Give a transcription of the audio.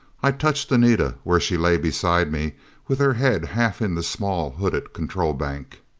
i touched anita where she lay beside me with her head half in the small hooded control bank.